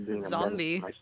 Zombie